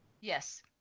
Yes